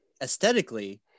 aesthetically